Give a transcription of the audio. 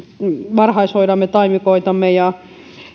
varhaishoidamme taimikoitamme ja